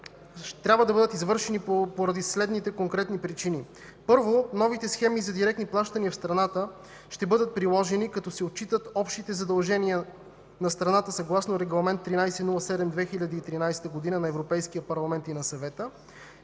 трябва да бъдат извършени поради следните конкретни причини. Първо, новите схеми за директни плащания в страната ще бъдат приложени, като се отчитат общите задължения на страната съгласно Регламент 1307/2013 г. на Европейския парламент и на Съвета